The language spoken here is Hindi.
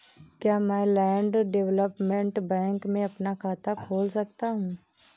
क्या मैं लैंड डेवलपमेंट बैंक में अपना खाता खोल सकता हूँ?